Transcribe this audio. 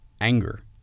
Anger